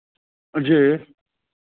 जी